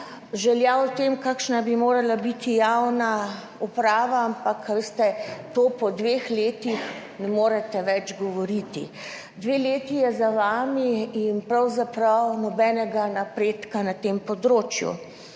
želja o tem, kakšna bi morala biti javna uprava, ampak veste, to po dveh letih ne morete več govoriti. Dve leti je za vami in pravzaprav nobenega napredka na tem področju.